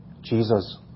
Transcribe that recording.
Jesus